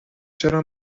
چرا